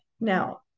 Now